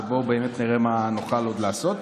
בוא נראה באמת מה נוכל עוד לעשות.